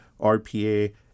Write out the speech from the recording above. RPA